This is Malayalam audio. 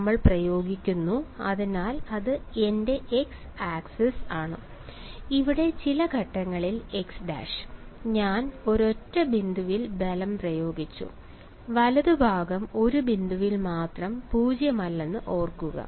നമ്മൾ പ്രയോഗിക്കുന്നു അതിനാൽ ഇത് എന്റെ x ആക്സിസ് ആണ് ഇവിടെ ചില ഘട്ടങ്ങളിൽ x ഞാൻ ഒരൊറ്റ ബിന്ദുവിൽ ബലം പ്രയോഗിച്ചു വലതുഭാഗം ഒരു ബിന്ദുവിൽ മാത്രം പൂജ്യമല്ലെന്ന് ഓർക്കുക